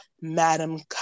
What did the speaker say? Madam